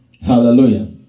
hallelujah